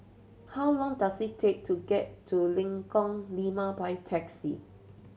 how long does it take to get to Lengkong Lima by taxi